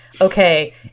okay